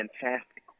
fantastic